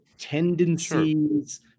tendencies